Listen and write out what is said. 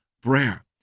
prayer